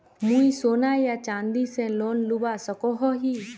मुई सोना या चाँदी से लोन लुबा सकोहो ही?